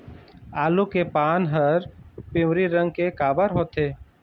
आलू के पान हर पिवरी रंग के काबर होथे?